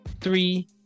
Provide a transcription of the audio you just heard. three